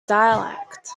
dialect